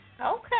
Okay